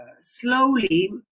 slowly